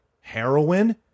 heroin